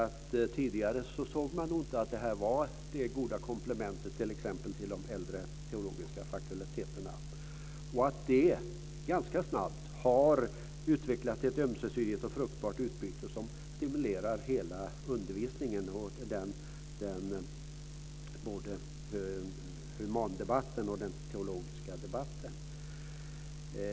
Tidigare ansåg man inte att detta var ett gott komplement till de tre äldre teologiska fakulteterna. Det har ganska snabbt utvecklats ett ömsesidigt och fruktbart utbyte som stimulerar hela undervisningen, både humandebatten och den teologiska debatten.